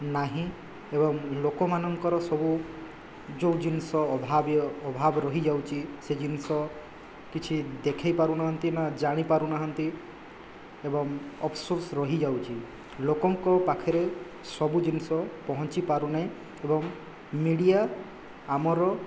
ନାହିଁ ଏବଂ ଲୋକମାନଙ୍କର ସବୁ ଯେଉଁ ଜିନିଷ ଅଭାବ ରହି ଯାଉଛି ସେ ଜିନିଷ କିଛି ଦେଖାଇ ପାରୁନାହାନ୍ତି ନା ଜାଣି ପାରୁନାହାନ୍ତି ଏବଂ ଅବଶୋଷ ରହିଯାଉଛି ଲୋକଙ୍କ ପାଖରେ ସବୁ ଜିନିଷ ପହଞ୍ଚି ପାରୁନାହିଁ ଏବଂ ମିଡ଼ିଆ ଆମର